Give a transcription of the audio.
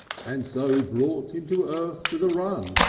and so brought him to earth with a run.